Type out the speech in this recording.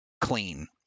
clean